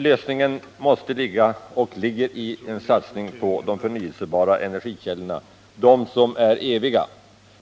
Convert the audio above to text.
Lösningen måste ligga — och ligger — i en satsning på de förnyelsebara energikällorna, de energikällor som är eviga